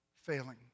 failing